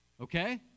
Okay